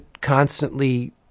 constantly